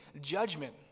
judgment